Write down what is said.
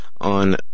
on